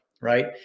right